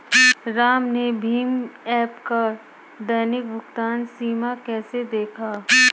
राम ने भीम ऐप का दैनिक भुगतान सीमा कैसे देखा?